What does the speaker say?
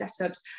setups